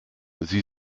sie